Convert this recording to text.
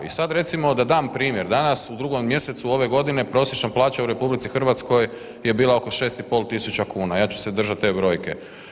I sad recimo da dam primjer, danas u 2. mjesecu ove godine prosječna plaća u RH je bila oko 6.500 kuna, ja ću se držat te brojke.